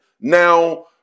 now